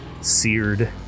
seared